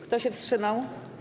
Kto się wstrzymał?